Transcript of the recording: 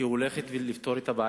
שהיא הולכת לפתור אותן,